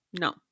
No